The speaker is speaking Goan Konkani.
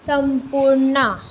संम्पूणा